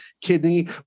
kidney